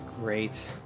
Great